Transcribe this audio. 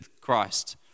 Christ